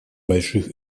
больших